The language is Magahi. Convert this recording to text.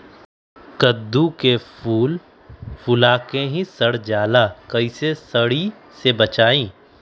कददु के फूल फुला के ही सर जाला कइसे सरी से बचाई?